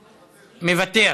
מוותר,